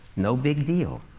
no big deal.